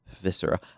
viscera